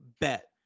bet